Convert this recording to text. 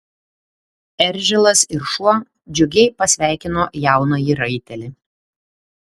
eržilas ir šuo džiugiai pasveikino jaunąjį raitelį